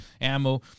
ammo